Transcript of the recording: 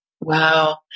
Wow